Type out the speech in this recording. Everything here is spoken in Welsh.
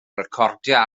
recordio